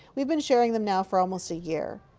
we've been sharing them now for almost a year.